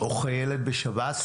או חיילת בשב"ס